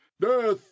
Death